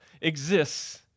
exists